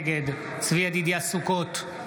נגד צבי ידידיה סוכות,